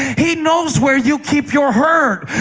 he knows where you keep your herd.